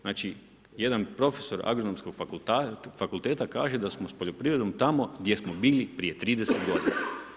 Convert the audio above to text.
Znači, jedan profesor Agronomskog fakulteta kaže da smo s poljoprivredom tamo gdje smo bili prije 30 godina.